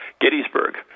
Gettysburg